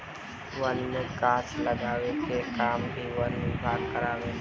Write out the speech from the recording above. वन में गाछ लगावे के काम भी वन विभाग कारवावे ला